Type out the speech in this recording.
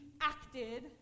acted